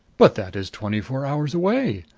but that is twenty-four hours away!